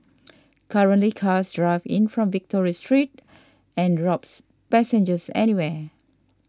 currently cars drive in from Victoria Street and drops passengers anywhere